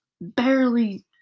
barely